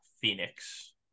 Phoenix